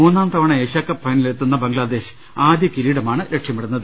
മൂന്നാംതവണ Asia Cup ഫൈനലിലെത്തുന്ന ബംഗ്ലാദേശ് ആദ്യ കിരീടമാണ് ലക്ഷ്യമിടുന്നത്